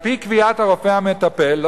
על-פי קביעת הרופא המטפל,